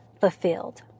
fulfilled